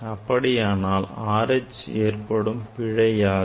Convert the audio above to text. அப்படியானால் R H ஏற்படும் பிழை யாது